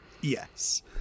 yes